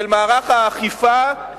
של מערך האכיפה,